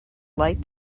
light